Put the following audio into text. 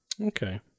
Okay